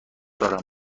دارم